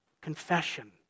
confession